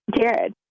Jared